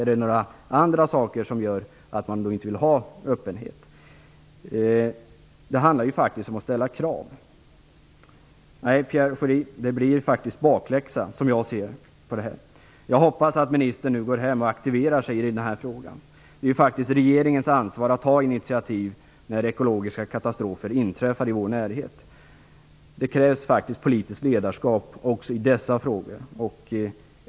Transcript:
Är det några andra saker som gör att man inte vill ha öppenhet? Det handlar faktiskt om att ställa krav. Nej, Pierre Schori, det blir bakläxa på det här, som jag ser det. Jag hoppas att ministern nu går hem och aktiverar sig i den här frågan. Det är regeringens ansvar att ta initiativ när ekologiska katastrofer inträffar i vår närhet. Det krävs faktiskt politiskt ledarskap också i dessa frågor.